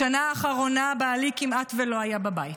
בשנה האחרונה בעלי כמעט שלא היה בבית.